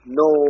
no